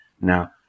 Now